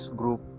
group